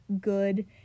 good